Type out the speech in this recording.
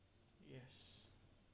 yes